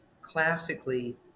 classically